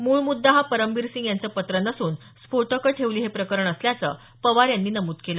मूळ मुद्दा हा परमबीर सिंग यांचं पत्र नसून स्फोटकं ठेवली हे प्रकरण असल्याचं पवार यांनी नमूद केलं